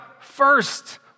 first